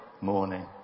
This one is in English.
morning